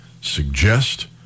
suggest